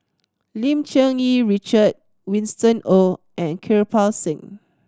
Lim Cherng Yih Richard Winston Oh and Kirpal Singh